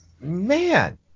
man